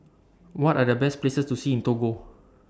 What Are The Best Places to See in Togo